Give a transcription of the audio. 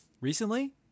recently